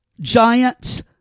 Giants